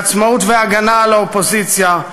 לעצמאות והגנה על האופוזיציה,